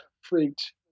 freaked